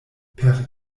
per